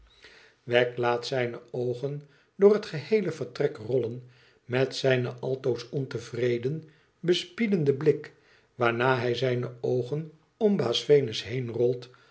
wegg laat zijne oogen door het geheele vertrek rollen met zijne altoos ontevreden bespiedenden blik waarna hij zijne oogen om